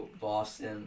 Boston